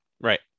right